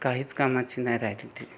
काहीच कामाची नाही राहिली ती